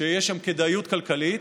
שיש שם כדאיות כלכלית,